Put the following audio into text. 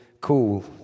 cool